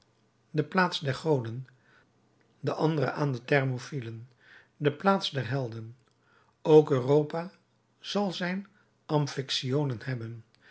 de plaats der goden de andere aan de thermopylen de plaats der helden ook europa zal zijn amphyctionen hebben